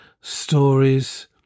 stories